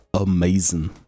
Amazing